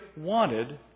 wanted